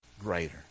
greater